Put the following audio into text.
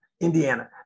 indiana